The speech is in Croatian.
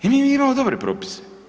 I mi imamo dobre propise.